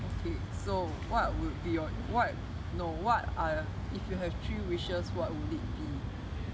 okay so what would be your what no what I if you have three wishes what would it be